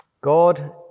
God